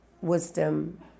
wisdom